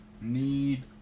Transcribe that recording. need